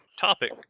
topic